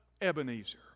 Ebenezer